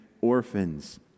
orphans